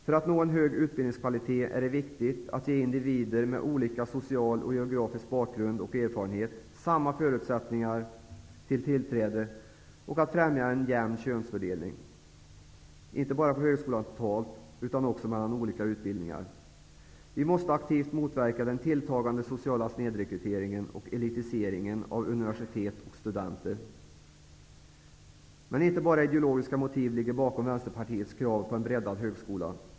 För att nå en hög utbildningskvalitet är det viktigt att ge individer med olika social och geografisk bakgrund och erfarenhet samma förutsättningar till tillträde och att främja en jämn könsfördelning, inte bara på högskolan totalt, utan också mellan olika utbildningar. Vi måste aktivt motverka den tilltagande sociala snedrekryteringen och Det är inte bara ideologiska motiv som ligger bakom Vänsterpartiets krav på en breddad högskola.